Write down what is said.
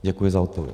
Děkuji za odpověď.